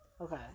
Okay